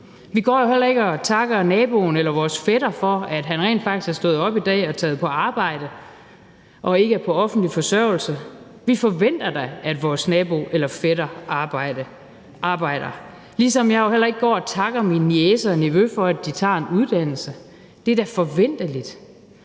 Vi går jo heller ikke og takker naboen eller vores fætter for, at han rent faktisk er stået op i dag og taget på arbejde og ikke er på offentlig forsørgelse, vi forventer da, at vores nabo eller fætter arbejder, ligesom jeg jo heller ikke går og takker min niece og min nevø for, at de tager en uddannelse. Det er da forventeligt,